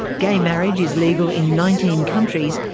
gay marriage is legal in nineteen countries,